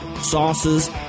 sauces